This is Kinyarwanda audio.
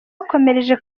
bakomereje